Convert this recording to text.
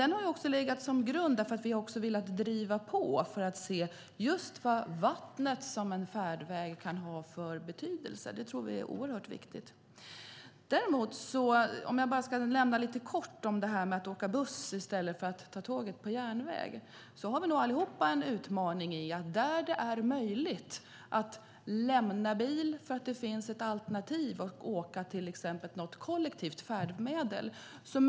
Den har legat som grund, för vi har velat driva på för att se vad vattnet som färdväg kan ha för betydelse. Det tror vi är viktigt. När det gäller att åka buss i stället för tåg står vi alla inför utmaningen att när det är möjligt lämna bilen för att i stället åka med ett kollektivt färdmedel.